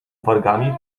wargami